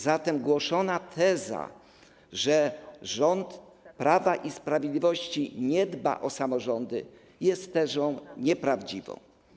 Zatem głoszona przez was teza, że rząd Prawa i Sprawiedliwości nie dba o samorządy, jest tezą nieprawdziwą.